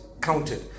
counted